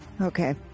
okay